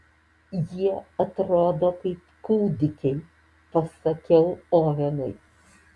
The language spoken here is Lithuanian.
jie atrodo kaip kūdikiai pasakiau ovenui